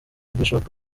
bishop